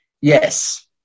yes